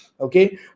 Okay